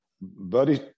Buddy